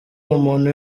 umuntu